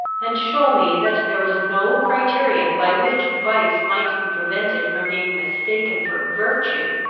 and show me that there was no criterion by which vice might be prevented from being mistaken for virtue,